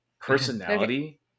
personality